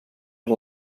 per